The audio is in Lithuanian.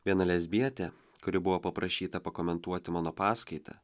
viena lesbietė kuri buvo paprašyta pakomentuoti mano paskaitą